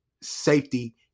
safety